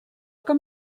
com